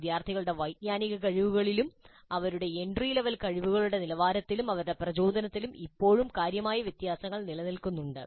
വിദ്യാർത്ഥികളുടെ വൈജ്ഞാനിക കഴിവുകളിലും അവരുടെ എൻട്രിലെവൽ കഴിവുകളുടെ നിലവാരത്തിലും അവരുടെ പ്രചോദനത്തിലും ഇപ്പോഴും കാര്യമായ വ്യത്യാസങ്ങൾ നിലനിൽക്കുന്നുണ്ട്